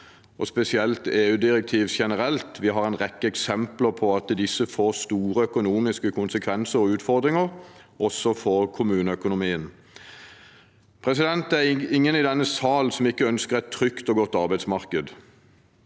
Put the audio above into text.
og spesielt EU-direktiv generelt? Vi har en rekke eksempler på at disse medfører store økonomiske konsekvenser og utfordringer, også for kommuneøkonomien. Det er ingen i denne sal som ikke ønsker et trygt og godt arbeidsmarked,